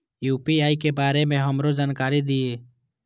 UPI के बारे में हमरो जानकारी दीय?